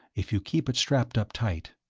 if you keep it strapped up tight